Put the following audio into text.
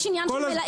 יש עניין של מלאים,